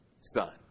son